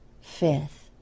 Fifth